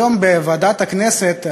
היום בוועדת הכנסת,